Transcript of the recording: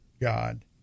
God